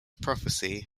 prophecy